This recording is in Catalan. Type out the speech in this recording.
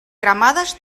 cremades